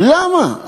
למה?